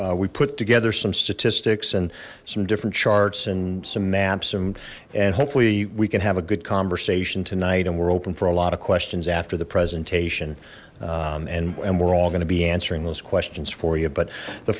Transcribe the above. so we put together some statistics and some different charts and some maps and and hopefully we can have a good conversation tonight and we're open for a lot of questions after the presentation and we're all going to be answering those questions for you but the